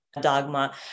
dogma